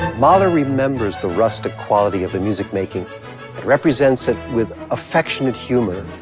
mahler remembers the rustic quality of the music-making and represents it with affectionate humor,